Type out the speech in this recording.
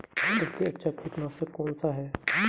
सबसे अच्छा कीटनाशक कौनसा है?